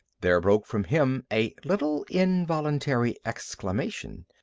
there broke from him a little involuntary exclamation.